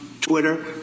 Twitter